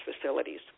facilities